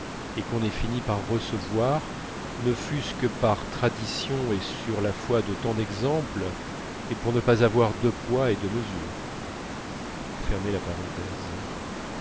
et qu'on n'ait fini par recevoir ne fût-ce que par tradition et sur la foi de tant d'exemples et pour ne pas avoir deux poids et deux